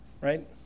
right